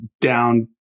down